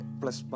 plus